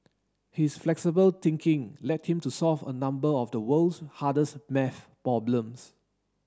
his flexible thinking led him to solve a number of the world's hardest maths problems